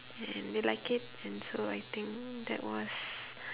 and they like it and so I think that was